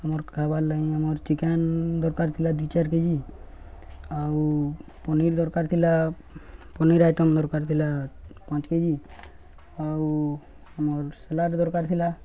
ଆମର୍ ଖାଇବାର୍ ଲଁ ଆମର୍ ଚିକେନ୍ ଦରକାର ଥିଲା ଦୁଇ ଚାର କେ ଜି ଆଉ ପନିର ଦରକାର ଥିଲା ପନିର ଆଇଟମ୍ ଦରକାର ଥିଲା ପାଞ୍ଚ କେ ଜି ଆଉ ଆମର୍ ସାଲାଡ଼ ଦରକାର ଥିଲା